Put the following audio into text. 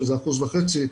שזה 1.5%,